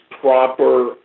proper